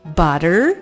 butter